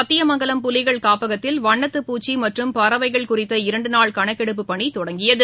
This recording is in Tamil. சத்தியமங்கலம் புலிகள் காப்பகத்தில் வண்ணத்தப்பூச்சி மற்றும் பறவைகள் குறித்த இரண்டுநாள் கணக்கெடுப்பு பணி தொடங்கியது